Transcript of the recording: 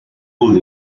fool